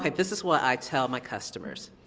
like this is what i tell my customers.